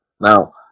Now